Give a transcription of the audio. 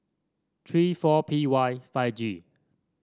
three four P Y five G